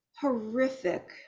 horrific